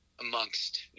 amongst